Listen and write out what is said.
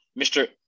Mr